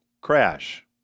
crash